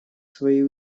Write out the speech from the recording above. свои